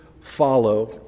follow